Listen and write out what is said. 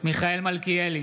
מיכאל מלכיאלי,